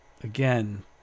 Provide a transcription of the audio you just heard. again